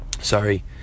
sorry